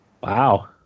Wow